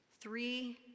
three